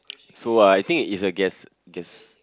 so I think it's a guess guess